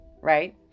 Right